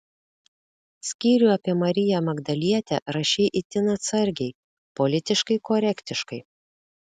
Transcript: skyrių apie mariją magdalietę rašei itin atsargiai politiškai korektiškai